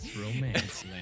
Romance